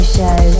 Show